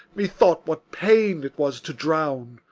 methought what pain it was to drown!